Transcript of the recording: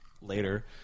later